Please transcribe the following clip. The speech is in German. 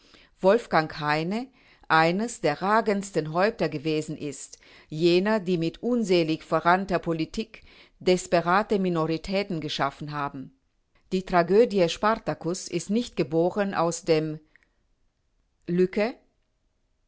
wolfgang heine eines der ragendsten häupter gewesen ist jener die mit unselig verrannter politik desperate minoritäten geschaffen haben die tragödie spart ist nicht geboren aus dem